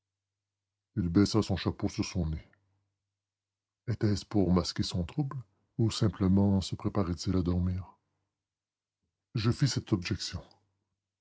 son chapeau sur son nez était-ce pour masquer son trouble ou simplement se préparait il à dormir je fis cette objection